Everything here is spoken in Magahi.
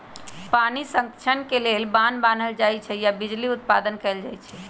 पानी संतक्षण लेल बान्ह बान्हल जाइ छइ आऽ बिजली उत्पादन कएल जाइ छइ